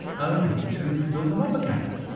only to build them up again?